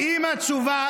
למה אתה